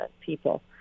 people